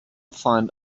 find